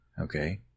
Okay